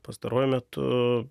pastaruoju metu